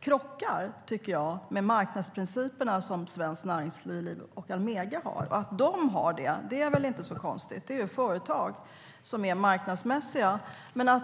krockar med marknadsprinciperna som Svenskt Näringsliv och Almega har. Att de har det är inte särskilt konstigt; de är marknadsmässiga företag.